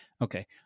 Okay